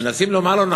מנסים לומר לנו,